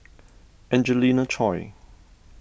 Angelina Choy